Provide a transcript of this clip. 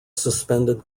suspended